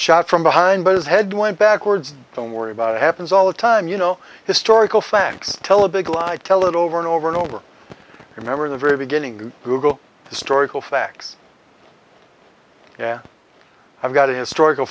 shot from behind but his head went backwards don't worry about it happens all the time you know historical facts tell a big lie tell it over and over and over remember in the very beginning to google historical facts yeah i've got a historical